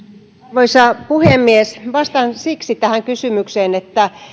arvoisa puhemies vastaan siksi tähän kysymykseen että